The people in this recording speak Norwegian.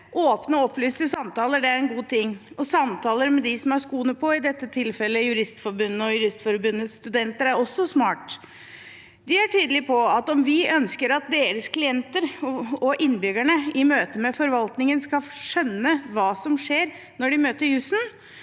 Åpne og opplyste samtaler er en god ting, og samtaler med dem som har skoene på, i dette tilfellet Juristforbundet og Juristforbundets studenter, er også smart. De er tydelige på at om vi ønsker at deres klienter samt innbyggerne i møte med forvaltningen skal skjønne hva som skjer når de møter jussen,